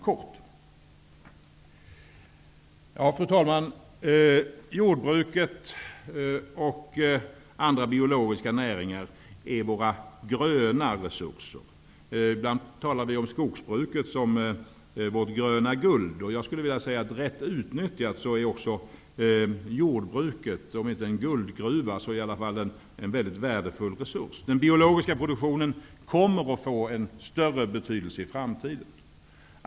Fru talman! Jordbruket och andra biologiska näringar är våra gröna resurser. Ibland talar vi om skogen som vårt gröna guld. Jag skulle vilja säga att rätt utnyttjat är också jordbruket, om inte en guldgruva, så i alla fall en väldigt värdefull resurs. Den biologiska produktionen kommer att få en större betydelse i framtiden.